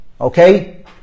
Okay